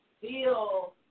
feel –